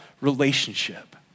relationship